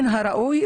מן הראוי,